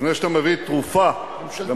לפני שאתה מביא תרופה למחלה,